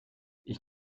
ich